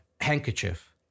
handkerchief